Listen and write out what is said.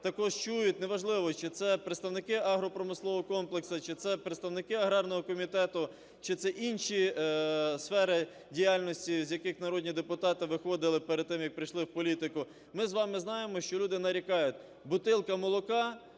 також чують, неважливо чи це представники агропромислового комплексу, чи це представники аграрного комітету, чи це інші сфери діяльності, з яких народні депутати виходили перед тим, як прийшли в політику. Ми з вами знаємо, що люди нарікають, бутылка молока